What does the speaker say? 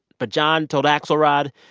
but john told axelrod,